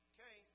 Okay